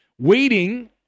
waiting